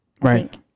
Right